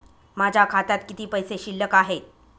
माझ्या खात्यात किती पैसे शिल्लक आहेत?